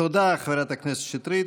תודה, חברת הכנסת שטרית.